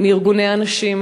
מארגוני הנשים,